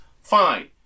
fine